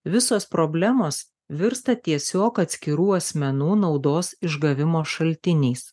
visos problemos virsta tiesiog atskirų asmenų naudos išgavimo šaltiniais